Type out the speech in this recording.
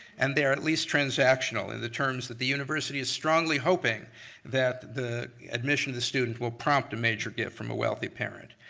and they are at least transactional in the terms that the university is strongly hoping that the admission of the student will prompt a major gift from a wealthy parent.